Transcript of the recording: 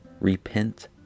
Repent